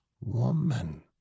woman